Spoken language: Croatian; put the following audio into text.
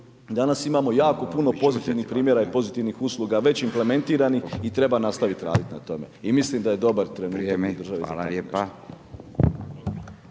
danas imamo jako puno pozitivnih primjera i pozitivnih usluga već implementiranih i treba nastaviti raditi na tome i mislim da je dobar trenutak u državi